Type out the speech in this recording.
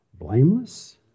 Blameless